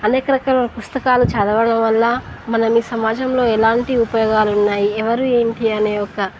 అనేక రకాల పుస్తకాలు చదవడం వల్ల మన ఈ సమాజంలో ఎలాంటి ఉపయోగాలు ఉన్నాయి ఎవర ఏంటి అనే ఒక